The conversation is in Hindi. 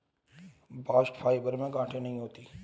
बास्ट फाइबर में गांठे नहीं होती है